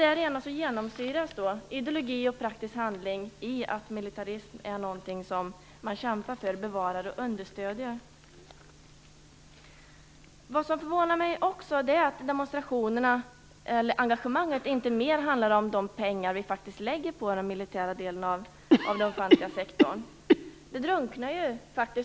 Därigenom genomsyras ideologi och praktisk handling av militarism. Det är någonting man kämpar för, bevarar och understöder. Något annat som förvånar mig är att demonstrationerna eller engagemanget inte mer handlar om de pengar vi faktiskt lägger på den militära delen av den offentliga sektorn.